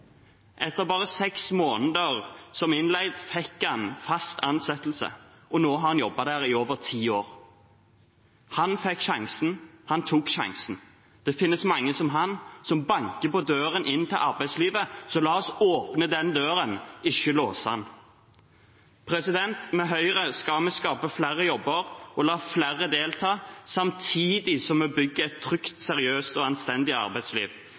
Etter bare seks måneder som innleid fikk han fast ansettelse, og nå har han jobbet der i over ti år. Han fikk sjansen, og han tok den. Det finnes mange som ham, som banker på døra inn til arbeidslivet, så la oss åpne den døra, ikke låse den. Med Høyre skal vi skape flere jobber og la flere delta, samtidig som vi bygger et trygt, seriøst og anstendig arbeidsliv.